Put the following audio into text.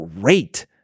great